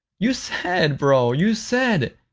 you said, bro, you said.